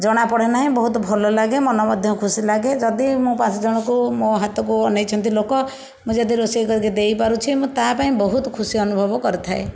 ଜଣା ପଡ଼େ ନାହିଁ ବହୁତ ଭଲ ଲାଗେ ମନ ମଧ୍ୟ ଖୁସି ଲାଗେ ଯଦି ମୁଁ ପାଞ୍ଚ ଜଣଙ୍କୁ ମୋ ହାତକୁ ଅନେଇଛନ୍ତି ଲୋକ ମୁଁ ଯଦି ରୋଷେଇ କରିକି ଦେଇପାରୁଛି ମୁଁ ତା ପାଇଁ ବହୁତ ଖୁସି ଅନୁଭବ କରିଥାଏ